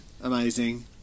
amazing